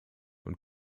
und